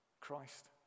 Christ